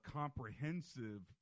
comprehensive